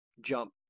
jump